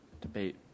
debate